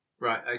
Right